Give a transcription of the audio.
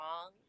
wrong